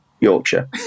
Yorkshire